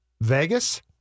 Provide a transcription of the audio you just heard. Vegas